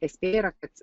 esmė yra kad